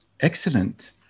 Excellent